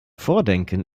vordenken